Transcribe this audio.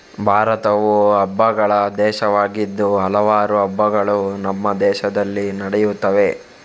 ಭಾರತವು ಹಬ್ಬಗಳ ದೇಶವಾಗಿದ್ದು ಹಲವಾರು ಹಬ್ಬಗಳು ನಮ್ಮ ದೇಶದಲ್ಲಿ ನಡೆಯುತ್ತವೆ